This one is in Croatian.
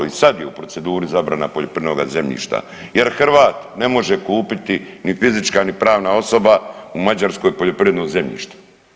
I sad je u proceduri zabrana poljoprivrednoga zemljišta jer Hrvat ne može kupiti ni fizička ni pravna osoba u Mađarskoj poljoprivredno zemljište.